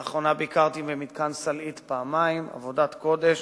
לאחרונה ביקרתי במתקן "סלעית" פעמיים, עבודת קודש